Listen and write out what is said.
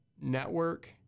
network